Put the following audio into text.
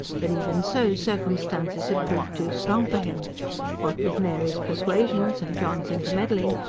but, even so, circumstances had proved too strong for him what with mary's persuasions and john's intermeddling,